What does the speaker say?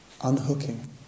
unhooking